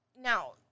now